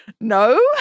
No